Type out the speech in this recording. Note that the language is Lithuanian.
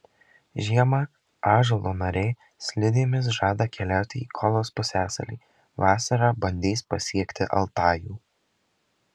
žiemą ąžuolo nariai slidėmis žada keliauti į kolos pusiasalį vasarą bandys pasiekti altajų